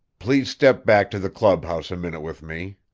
please step back to the clubhouse a minute with me,